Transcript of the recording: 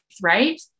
right